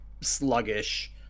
sluggish